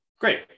great